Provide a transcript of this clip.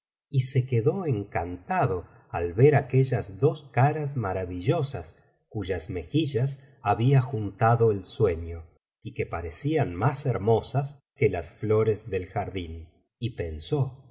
y se quedó encantado al ver aquellas dos caras maravillosas cuyas mejillas había juntado el sueno y que parecían más hermosas que las flores del jardín y pensó